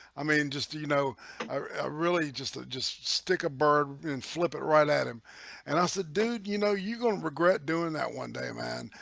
i mean just you know i really just ah just stick a bird and flip it right at him and i said dude you know you're gonna regret doing that one day, man,